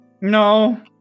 No